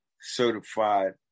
certified